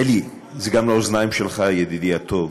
אלי, זה גם לאוזניים שלך, ידידי הטוב,